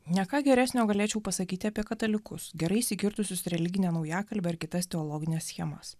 ne ką geresnio galėčiau pasakyti apie katalikus gerai įsikirtusius į religinę naujakalbę ir kitas teologines schemas